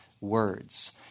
words